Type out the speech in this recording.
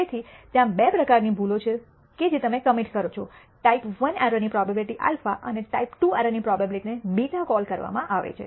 તેથી ત્યાં બે પ્રકારની ભૂલો છે કે જે તમે કમિટ કરો છો ટાઈપ I એરર ની પ્રોબેબીલીટી α અને ટાઈપ II એરર ની પ્રોબેબીલીટી ને β કોલ કરવામાં આવે છે